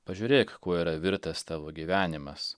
pažiūrėk kuo yra virtęs tavo gyvenimas